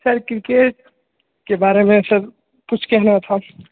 sir क्रिकेटके बारे मे सर कुछ कहना था